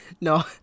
No